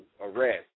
Arrest